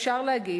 אפשר לומר,